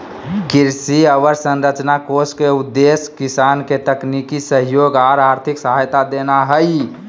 कृषि अवसंरचना कोष के उद्देश्य किसान के तकनीकी सहयोग आर आर्थिक सहायता देना हई